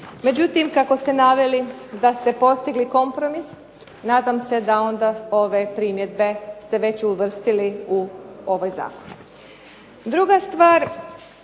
Međutim, kako ste naveli da ste postigli kompromis, nadam se da onda ove primjedbe ste već uvrstili u ovaj zakon. Druga stvar